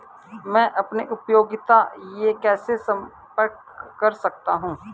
मैं अपनी उपयोगिता से कैसे संपर्क कर सकता हूँ?